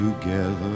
together